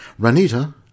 ranita